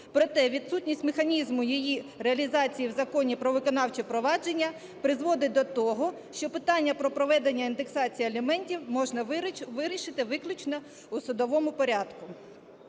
Проте відсутність механізму її реалізації в Законі "Про виконавче провадження" призводить до того, що питання про проведення індексації аліментів можна вирішити виключно в судовому порядку.